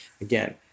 Again